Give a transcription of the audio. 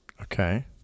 Okay